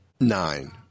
nine